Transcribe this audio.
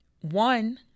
one